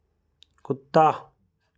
कुत्ता